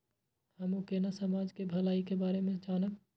हमू केना समाज के भलाई के बारे में जानब?